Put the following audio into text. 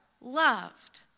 loved